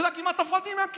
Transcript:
אתה יודע, כמעט נפלתי מהכיסא.